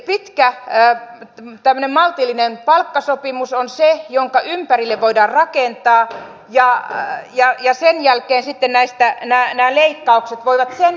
pitkä tämmöinen maltillinen palkkasopimus on se minkä ympärille voidaan rakentaa ja sen jälkeen nämä leikkaukset voivat tulla kysymykseen mutta ensin